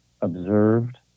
observed